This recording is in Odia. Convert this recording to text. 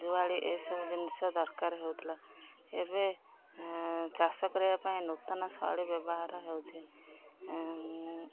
ଜୁଆଳି ଏସବୁ ଜିନିଷ ଦରକାର ହେଉଥିଲା ଏବେ ଚାଷ କରିବା ପାଇଁ ନୂତନ ଶୈଳୀ ବ୍ୟବହାର ହେଉଛି